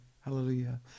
Hallelujah